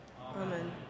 Amen